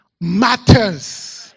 matters